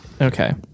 Okay